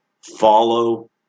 follow